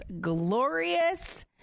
glorious